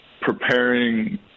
preparing